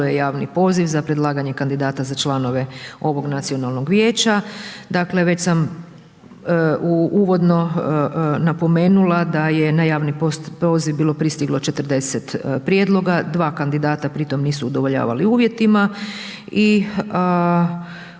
je javni poziv za predlaganje kandidata za članove ovog Nacionalnog vijeća. Dakle već sam u uvodno napomenula da je na javni poziv bilo pristiglo 40 prijedloga, 2 kandidata pri tome nisu udovoljavali uvjetima i u